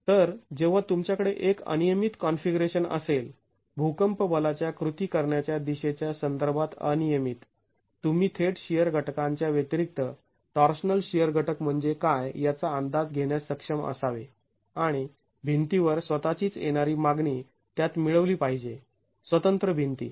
तर जेव्हा तुमच्याकडे एक अनियमित कॉन्फिगरेशन असेल भूकंप बलाच्या कृती करण्याच्या दिशेच्या संदर्भात अनियमित तुम्ही थेट शिअर घटकांच्या व्यतिरिक्त टॉर्शनल शिअर घटक म्हणजे काय याचा अंदाज घेण्यास सक्षम असावे आणि भिंतीवर स्वतःचीच येणारी मागणी त्यात मिळवली पाहिजे स्वतंत्र भिंती